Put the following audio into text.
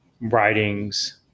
writings